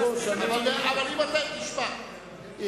הוא,